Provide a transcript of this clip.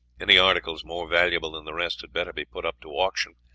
any articles more valuable than the rest had better be put up to auction,